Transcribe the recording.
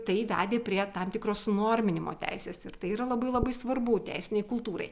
tai vedė prie tam tikros norminimo teisės ir tai yra labai labai svarbu teisinei kultūrai